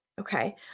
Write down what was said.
Okay